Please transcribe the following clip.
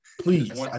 please